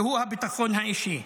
והוא הביטחון האישי,